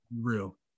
Real